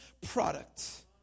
product